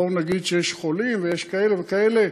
בואו נגיד שיש חולים, ויש כאלה וכאלה,